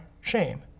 shame